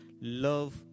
Love